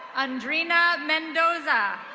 andrina mendoza.